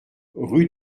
rue